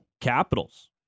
Capitals